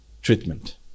Treatment